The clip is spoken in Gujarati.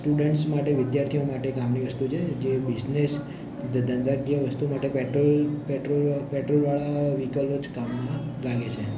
સ્ટુડન્ટ્સ માટે વિદ્યાર્થીઓ માટે કામની વસ્તુ છે જે બિજનેસ ધંધાકીય વસ્તુ માટે પેટ્રોલ પેટ્રોલ પેટ્રોલવાળા વ્હીકલો જ કામમાં લાગે છે